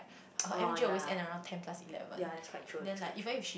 oh ya ya that's quite true that's quite true